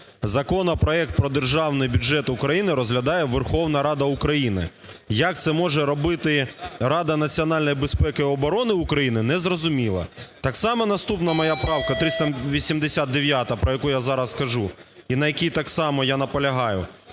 Законопроект про Державний бюджет України розглядає Верховна Рада України. Як це може робити Рада національної безпеки і оборони України незрозуміло. Так само наступна моя правка 389, про яку я зараз кажу і на якій так само я наполягаю.